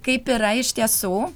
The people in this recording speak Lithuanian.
kaip yra iš tiesų